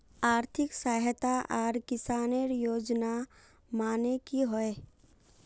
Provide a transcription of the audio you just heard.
आर्थिक सहायता आर किसानेर योजना माने की होय?